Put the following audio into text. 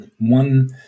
one